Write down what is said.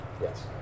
Yes